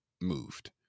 moved